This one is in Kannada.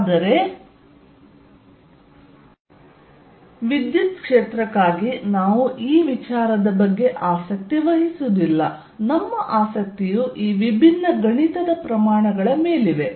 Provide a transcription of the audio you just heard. ಆದರೆ ವಿದ್ಯುತ್ ಕ್ಷೇತ್ರಕ್ಕಾಗಿ ನಾವು ಈ ವಿಚಾರದ ಬಗ್ಗೆ ಆಸಕ್ತಿ ವಹಿಸುವುದಿಲ್ಲ ನಮ್ಮ ಆಸಕ್ತಿಯು ಈ ವಿಭಿನ್ನ ಗಣಿತದ ಪ್ರಮಾಣಗಳ ಮೇಲಿವೆ